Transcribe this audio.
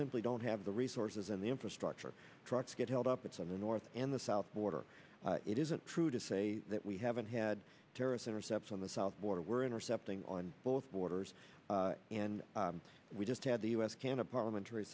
simply don't have the resources and the infrastructure trucks get held up it's on the north and the south border it isn't true to say that we haven't had terrorists intercept on the south border we're intercepting on both borders and we just had the u s can a parliamentary